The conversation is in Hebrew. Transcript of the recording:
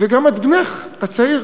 וגם את בנך הצעיר?